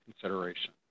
consideration